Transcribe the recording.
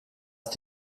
ist